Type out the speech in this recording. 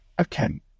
Okay